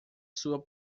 sua